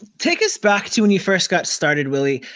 take us back to when you first got started, willie.